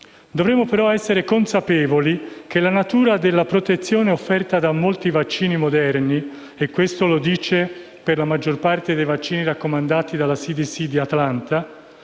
Dovremmo però essere consapevoli che la natura della protezione offerta da molti vaccini moderni - e che comprende la maggior parte dei vaccini raccomandati dal CDC (Centers